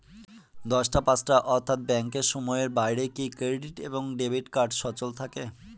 দশটা পাঁচটা অর্থ্যাত ব্যাংকের সময়ের বাইরে কি ক্রেডিট এবং ডেবিট কার্ড সচল থাকে?